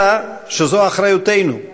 אלא שזו אחריותנו.